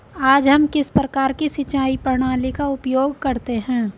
आज हम किस प्रकार की सिंचाई प्रणाली का उपयोग करते हैं?